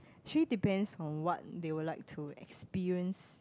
actually depends on what they would like to experience